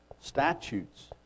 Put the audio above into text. statutes